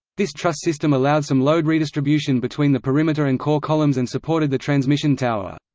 this truss system allowed some load redistribution between the perimeter and core columns and supported the transmission tower.